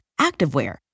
activewear